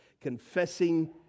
confessing